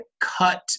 cut